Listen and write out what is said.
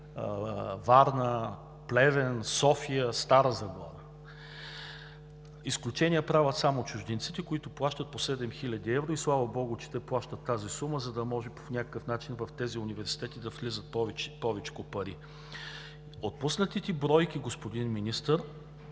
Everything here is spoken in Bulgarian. Варна, Плевен, София, Стара Загора. Изключение правят само чужденците, които плащат по 7 хил. евро, и слава богу, че плащат сумата, за да може по някакъв начин в тези университети да влизат повече пари. Отпуснатите бройки от държавата,